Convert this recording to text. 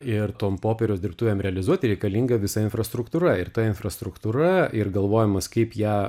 ir tom popieriaus dirbtuvėm realizuoti reikalinga visa infrastruktūra ir ta infrastruktūra ir galvojimas kaip ją